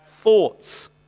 thoughts